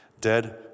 Dead